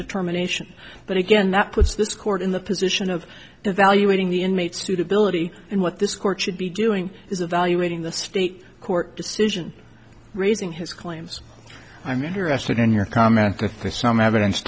determination but again that puts this court in the position of evaluating the inmate suitability and what this court should be doing is evaluating the state court decision raising his claims i'm interested in your comment that there's some evidence